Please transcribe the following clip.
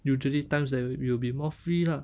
usually times that we we will be more free lah